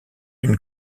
une